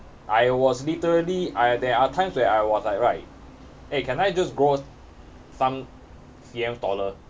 I was literally I there are times where I was like right eh can I just grow some C_M taller